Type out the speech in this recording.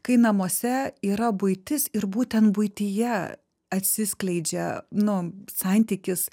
kai namuose yra buitis ir būtent buityje atsiskleidžia nu santykis